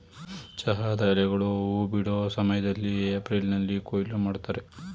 ಚಹಾದ ಎಲೆಗಳು ಹೂ ಬಿಡೋ ಸಮಯ್ದಲ್ಲಿ ಏಪ್ರಿಲ್ನಲ್ಲಿ ಕೊಯ್ಲು ಮಾಡ್ತರೆ